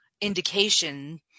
indication